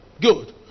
good